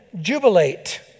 jubilate